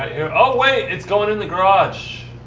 oh, wait, it's going in the garage.